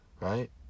right